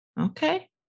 okay